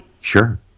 Sure